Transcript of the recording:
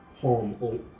home